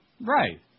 Right